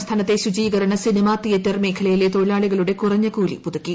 സംസ്ഥാനത്തെ ശൂചീകരണ cinema theatre മേഖലയിലെ തൊഴിലാളികളുടെ കുറഞ്ഞ കൂലി പുതുക്കി